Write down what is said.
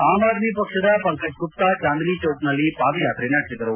am Aadmi ಪಕ್ಷದ ಪಂಕಜ್ ಗುಪ್ತಾ ಚಾಂದಿನಿ ಚೌಕ್ನಲ್ಲಿ ಪಾದಯಾತ್ರೆ ನಡೆಸಿದರು